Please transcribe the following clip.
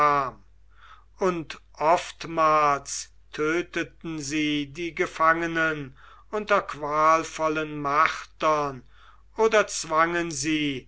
und oftmals töteten sie die gefangenen unter qualvollen martern oder zwangen sie